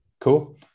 cool